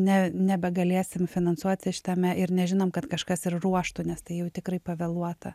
ne nebegalėsim finansuoti šitame ir nežinom kad kažkas ir ruoštų nes tai jau tikrai pavėluota